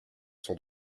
sont